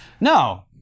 No